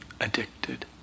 addicted